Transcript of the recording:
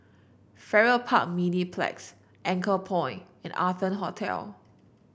Farrer Park Mediplex Anchorpoint and Arton Hotel